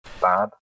bad